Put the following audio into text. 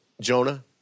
Jonah